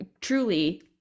truly